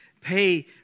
Pay